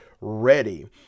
ready